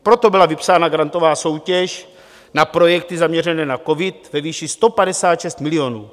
Proto byla vypsána grantová soutěž na projekty zaměřené na covid ve výši 156 milionů.